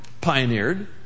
pioneered